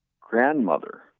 grandmother